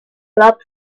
flop